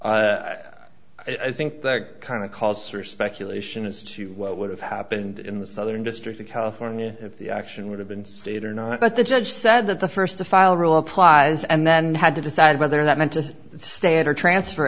stayed i think that kind of cause for speculation as to what would have happened in the southern district of california if the action would have been state or not but the judge said that the first to file rule applies and then had to decide whether that meant to stay it or transfer